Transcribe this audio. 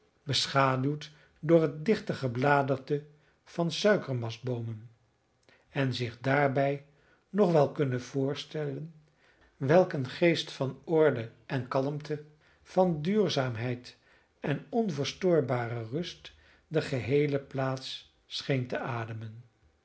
beschaduwd door het dichte gebladerte van suikermastboomen en zich daarbij nog wel kunnen voorstellen welk een geest van orde en kalmte van duurzaamheid en onverstoorbare rust de geheele plaats scheen te ademen